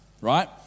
right